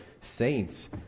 saints